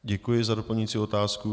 Děkuji za doplňující otázku.